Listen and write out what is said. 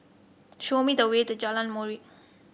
show me the way to Jalan Molek